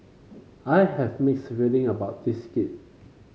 I have mixed feeling about this gig